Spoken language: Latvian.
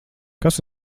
kas